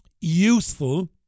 useful